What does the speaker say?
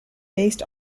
based